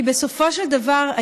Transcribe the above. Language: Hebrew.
כי בסופו של דבר,